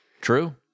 True